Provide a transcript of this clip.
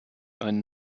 einen